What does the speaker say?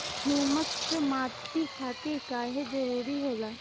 Humus माटी खातिर काहे जरूरी होला?